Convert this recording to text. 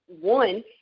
one